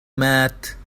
مات